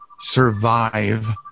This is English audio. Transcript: survive